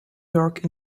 york